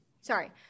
Sorry